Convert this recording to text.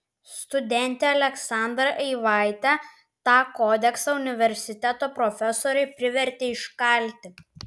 studentę aleksandrą eivaitę tą kodeksą universiteto profesoriai privertė iškalti